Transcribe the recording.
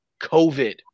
COVID